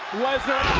lesnar